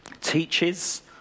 Teaches